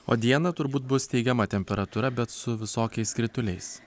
o dieną turbūt bus teigiama temperatūra bet su visokiais krituliais